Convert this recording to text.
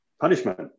punishment